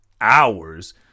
hours